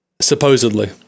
Supposedly